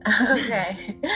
Okay